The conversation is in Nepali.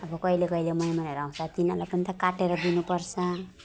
अब कहिले कहिले मेहमानहरू आउँछ तिनीहरूलाई पनि त काटेर दिनु पर्छ